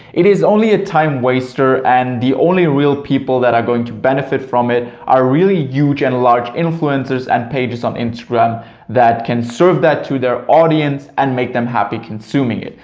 it is only a time waster and the only real people that are going to benefit from it are really huge and large influencers and pages on instagram that can serve that to their audience and make them happy consuming it.